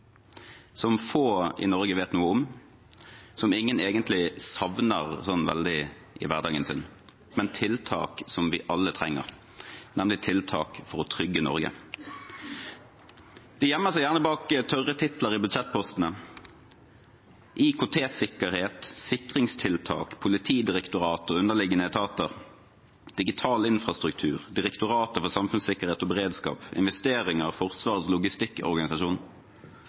som få i Norge vet noe om, som ingen egentlig savner så veldig i hverdagen sin, men som er tiltak vi alle trenger, nemlig tiltak for å trygge Norge. De gjemmer seg gjerne bak tørre titler i budsjettpostene – IKT-sikkerhet, sikringstiltak, Politidirektoratet og underliggende etater, digital infrastruktur, Direktoratet for samfunnssikkerhet og beredskap, investeringer for Forsvarets logistikkorganisasjon,